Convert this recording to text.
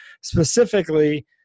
specifically